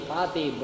Pati